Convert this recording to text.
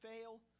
fail